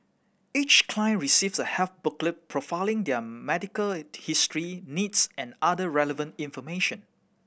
each client receives a health booklet profiling their medical history needs and other relevant information